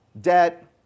Debt